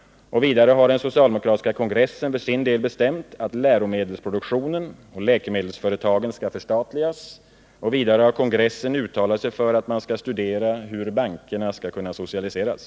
Vidare har den socialdemokratiska kongressen för sin del bestämt att läromedelsproduktionen och läkemedelsföretagen skall förstatligas. Kongressen har också uttalat sig för att man skall studera hur bankerna skall socialiseras.